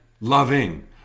loving